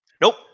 Nope